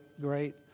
great